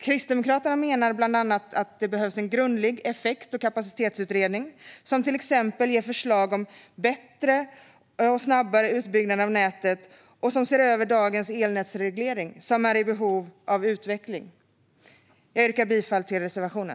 Kristdemokraterna menar att det bland annat behövs en grundlig effekt och kapacitetsutredning som till exempel ger förslag om bättre och snabbare utbyggnad av nätet och ser över dagens elnätsreglering, som är i behov av utveckling. Jag yrkar bifall till reservationen.